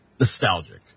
Nostalgic